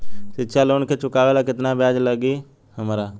शिक्षा लोन के चुकावेला केतना ब्याज लागि हमरा?